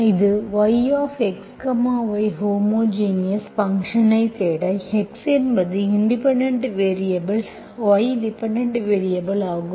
எனவே F of x y homogeneous ஃபங்க்ஷன்ஐத் தேட x என்பது independent variable y dependent variable ஆகும்